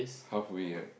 half away right